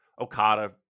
Okada